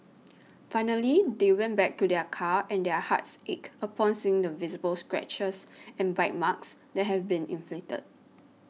finally they went back to their car and their hearts ached upon seeing the visible scratches and bite marks that had been inflicted